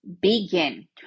begin